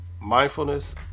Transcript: mindfulness